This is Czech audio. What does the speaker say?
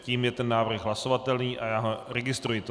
Tím je návrh hlasovatelný a registruji ho.